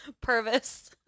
Purvis